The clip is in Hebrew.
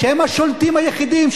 שהם השולטים היחידים,